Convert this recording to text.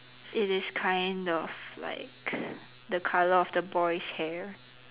it is kind of like the colour of the boy's hair